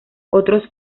otros